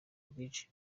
rwinshi